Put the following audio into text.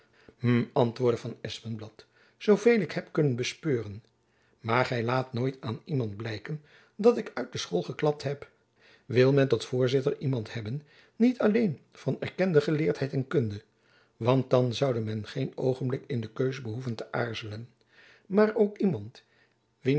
hm antwoordde van espenblad zooveel ik heb kunnen bespeuren maar gy laat nooit aan iemand blijken dat ik uit de school geklapt heb wil men tot voorzitter iemand hebben niet alleen van erkende geleerdheid en kunde want dan zoude men geen oogenblik in de keuze behoeven te aarzelen maar ook iemand wiens